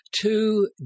two